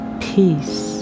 peace